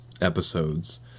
episodes